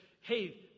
hey